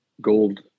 gold